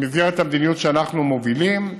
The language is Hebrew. במסגרת המדיניות שאנחנו מובילים,